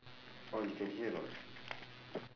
orh you can hear or not